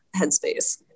headspace